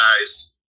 guys